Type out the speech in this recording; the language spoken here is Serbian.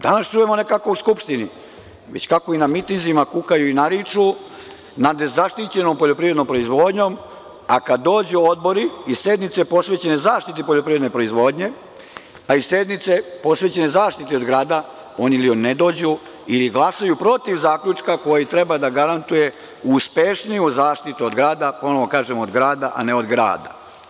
Danas čujemo ne kako u Skupštini već kako i na mitinzima kukaju i nariču nad nezaštićenom poljoprivrednom proizvodnjom, a kada dođu odbori i sednice posvećene zaštiti poljoprivredne proizvodnje, pa i sednice posvećene zaštiti od grada, oni ili ne dođu ili glasaju protiv zaključka koji treba da garantuje uspešniju zaštitu od grada, ponovo kažem od grada, a ne od grada.